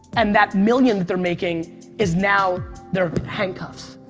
and that million they're making is now they're handcuffs,